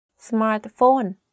Smartphone